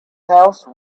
house